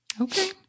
okay